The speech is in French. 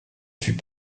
fut